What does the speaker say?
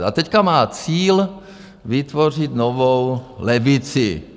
A teď má cíl vytvořit novou levici.